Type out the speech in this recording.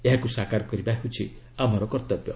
ଏହାକୁ ସାକାର କରିବା ହେଉଛି ଆମର କର୍ତ୍ତବ୍ୟ